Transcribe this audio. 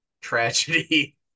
tragedy